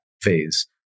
phase